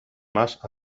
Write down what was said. más